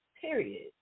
period